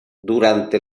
durante